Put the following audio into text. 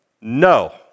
No